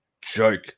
joke